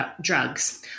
drugs